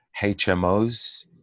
HMOs